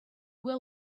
will